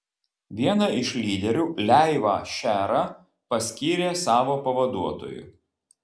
vieną iš lyderių leivą šerą paskyrė savo pavaduotoju